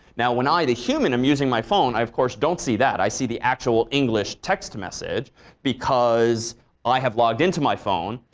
now, when i, the human, am using my phone i of course don't see that. i see the actual english text message because i have logged into my phone,